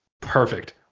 Perfect